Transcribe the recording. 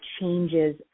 changes